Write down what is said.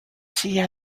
see